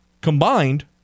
combined